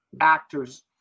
actors